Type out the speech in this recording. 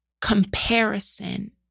comparison